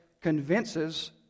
convinces